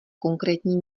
konkrétní